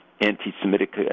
anti-Semitic